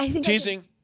Teasing